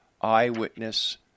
eyewitness